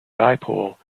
dipole